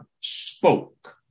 spoke